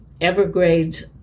Evergrade's